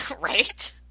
right